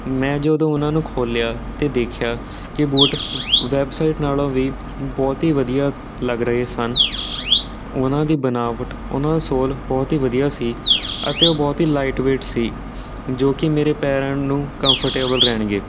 ਮੈਂ ਜਦੋਂ ਉਹਨਾਂ ਨੂੰ ਖੋਲਿਆ ਅਤੇ ਦੇਖਿਆ ਕਿ ਬੂਟ ਵੈਬਸਾਈਟ ਨਾਲੋਂ ਵੀ ਬਹੁਤ ਹੀ ਵਧੀਆ ਲੱਗ ਰਹੇ ਸਨ ਉਹਨਾਂ ਦੀ ਬਨਾਵਟ ਉਹਨਾਂ ਦਾ ਸੋਲ ਬਹੁਤ ਹੀ ਵਧੀਆ ਸੀ ਅਤੇ ਉਹ ਬਹੁਤ ਹੀ ਲਾਈਟ ਵੇਟ ਸੀ ਜੋ ਕਿ ਮੇਰੇ ਪੈਰਾਂ ਨੂੰ ਕਮਫਰਟੇਬਲ ਰਹਿਣਗੇ